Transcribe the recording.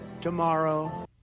tomorrow